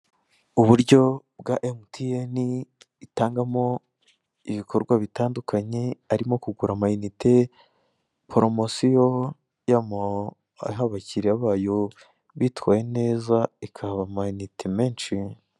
Uburyo bwa mtn, itangamo ibikorwa bitandukanye: harimo kugura ama inite, poromisiyo momo yahaye abakiriya bayo abitwaye neza ikabaha ama inite menshi.